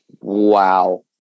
wow